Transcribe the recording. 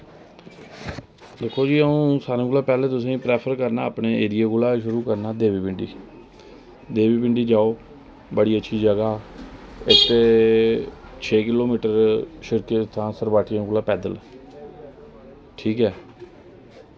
दिक्खो जी अं'ऊ सारें कोला पैह्लें तुसेंगी प्रेफर करना अपने एरिया कोला गै शुरू करना देवी पिंडी देवी पिंडी जाओ बड़ी अच्छी जगह ते इत्त छे किलोमीटर शिड़क सरगांठिया कोला पैदल ठीक ऐ